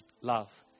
love